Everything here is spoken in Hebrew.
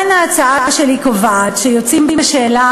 השאלה